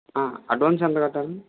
advance ఎంత కట్టాలి